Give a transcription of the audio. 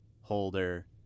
Holder